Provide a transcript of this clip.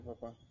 Papa